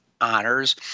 honors